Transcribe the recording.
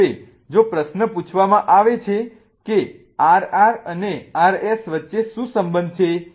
પણ હવે જો પ્રશ્ન પૂછવામાં આવે કે RR અને RS વચ્ચે શું સંબંધ છે